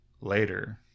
later